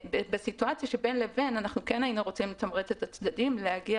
בסיטואציה שבין לבין כן היינו רוצים לתמרץ את הצדדים להגיע